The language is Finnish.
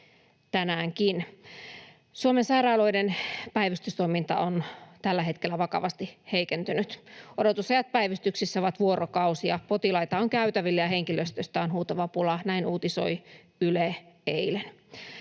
tänäänkin. Suomen sairaaloiden päivystystoiminta on tällä hetkellä vakavasti heikentynyt. Odotusajat päivystyksissä ovat vuorokausia, potilaita on käytävillä, ja henkilöstöstä on huutava pula — näin uutisoi Yle eilen.